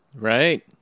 Right